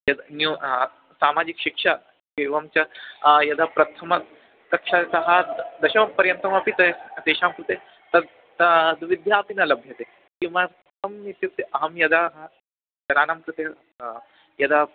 यद् न्यूनं सामाजिकशिक्षा एवं च यदा प्रथमकक्षातः दशमपर्यन्तमपि ते तेषां कृते तद् तद् विद्यापि न लभ्यते किमर्थम् इत्युक्ते अहं यदा ह जनानां कृते यदा